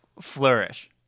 flourish